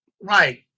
Right